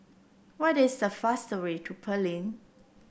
what is the fastest way to Berlin